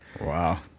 Wow